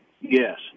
Yes